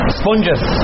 sponges